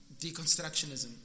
deconstructionism